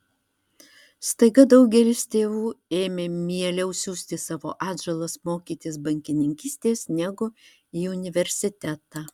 staiga daugelis tėvų ėmė mieliau siųsti savo atžalas mokytis bankininkystės negu į universitetą